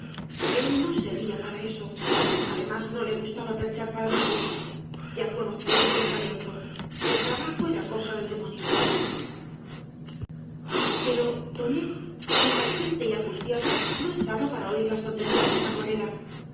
el no servía para eso además no le gustaba perchar para nadie ya conocía su pensamiento el trabajo era cosa del demonio pero tonet impaciente y angustiado no estaba para oir las tonterías de